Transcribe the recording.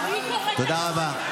תודה רבה.